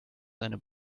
seine